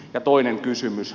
ja toinen kysymys